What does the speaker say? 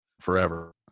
forever